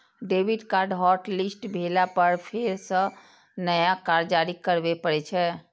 debit card hotlist भेला पर फेर सं नया कार्ड जारी करबे पड़ै छै